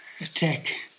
attack